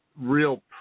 real